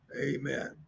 Amen